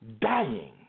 dying